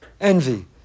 Envy